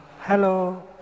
Hello